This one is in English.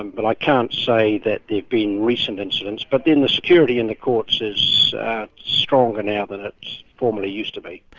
and but i can't say that there've been recent incidents. but then the security in the courts is stronger now than it formerly used to be.